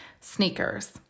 sneakers